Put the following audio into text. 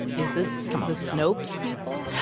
is this um the snopes people?